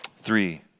Three